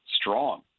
strong